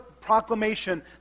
proclamation